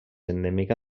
endèmica